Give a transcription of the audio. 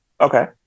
Okay